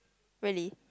really